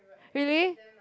really